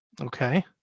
Okay